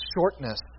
shortness